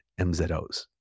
MZOs